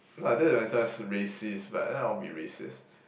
now that may sound racist but then I'll be racist